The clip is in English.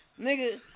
nigga